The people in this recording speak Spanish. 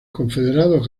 confederados